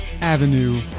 avenue